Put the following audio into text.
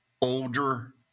Older